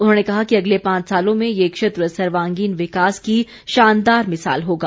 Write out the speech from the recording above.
उन्होंने कहा कि अगले पांच सालों में ये क्षेत्र सर्वांगीण विकास की शानदार मिसाल होगा